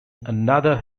another